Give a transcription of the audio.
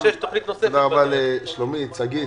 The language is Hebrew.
תודה רבה לשלומית, לשגית.